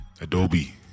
Adobe